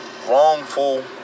wrongful